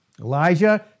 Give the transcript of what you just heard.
Elijah